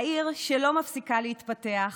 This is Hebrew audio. העיר שלא מפסיקה להתפתח,